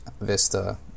Vista